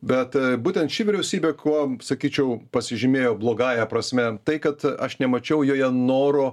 bet būtent ši vyriausybė kuom sakyčiau pasižymėjo blogąja prasme tai kad aš nemačiau joje noro